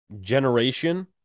generation